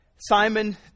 Simon